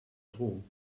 drohung